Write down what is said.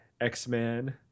X-Men